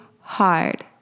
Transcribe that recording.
hard